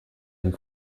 dem